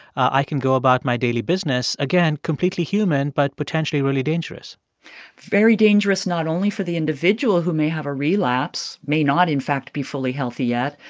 i can go about my daily business again, completely human but potentially really dangerous very dangerous not only for the individual who may have a relapse, may not in fact be fully healthy yet,